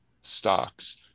stocks